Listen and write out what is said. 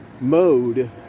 mode